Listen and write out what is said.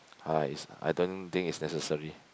I is I don't think it's necessary